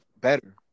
better